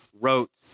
wrote